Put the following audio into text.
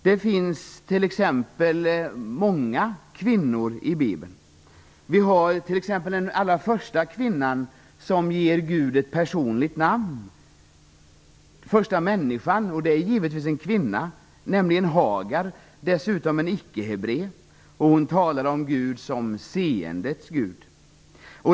Det finns t.ex. många kvinnor i Bibeln, t.ex. den allra första kvinnan som ger Gud ett personligt namn. Den första kvinnan är givetvis en kvinna, nämligen Hagar som dessutom är icke-hebré. Hon talar om Gud som seendets Gud.